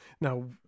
now